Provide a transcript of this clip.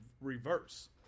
reverse